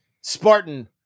Spartan